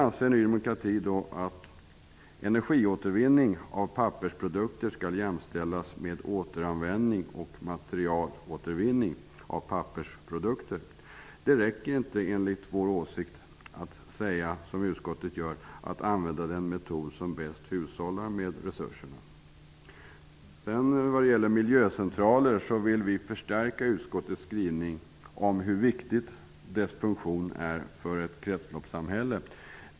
Ny demokrati anser vidare att energiåtervinning ur pappersprodukter skall jämställas med återanvändning och materialåtervinning. Det räcker inte att säga att den metod som bäst hushållar med resurserna skall användas, vilket utskottet gör. Ny demokrati vill förstärka utskottets skrivning om hur viktiga miljöcentralerna är i ett kretsloppssamhälle.